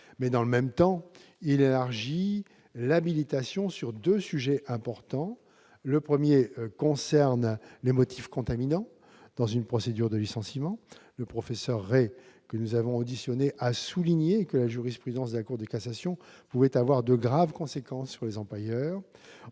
Mais, dans le même temps, il est proposé d'élargir l'habilitation à deux sujets importants. Le premier concerne les motifs contaminants dans une procédure de licenciement. Le professeur Jean-Emmanuel Ray, que nous avons auditionné, a souligné que la jurisprudence de la Cour de cassation pouvait avoir de graves conséquences sur les employeurs.